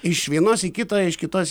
iš vienos į kitą iš kitos